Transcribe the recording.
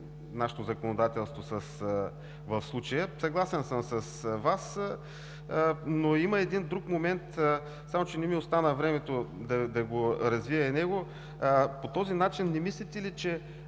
нашето законодателство в случая. Съгласен съм с Вас, но има един друг момент, само че не ми остана времето да го развия и него. Не мислите ли, че